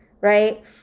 right